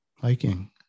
Hiking